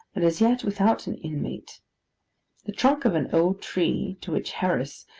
and as yet without an inmate the trunk of an old tree to which harris,